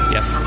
Yes